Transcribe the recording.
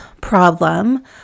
problem